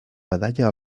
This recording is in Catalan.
medalla